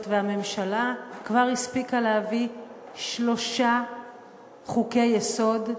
והממשלה כבר הספיקה להביא שלושה חוקי-יסוד,